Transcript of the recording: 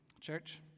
church